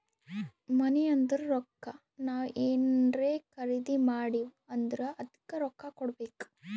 ಮನಿ ಅಂದುರ್ ರೊಕ್ಕಾ ನಾವ್ ಏನ್ರೇ ಖರ್ದಿ ಮಾಡಿವ್ ಅಂದುರ್ ಅದ್ದುಕ ರೊಕ್ಕಾ ಕೊಡ್ಬೇಕ್